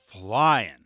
flying